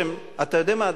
אתה יודע מה,